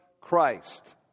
Christ